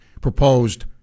proposed